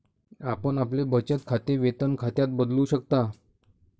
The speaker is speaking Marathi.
आपण आपले बचत खाते वेतन खात्यात बदलू शकता